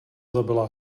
zabila